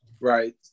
Right